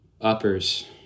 Uppers